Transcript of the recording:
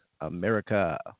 America